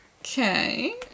Okay